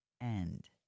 End